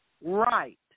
Right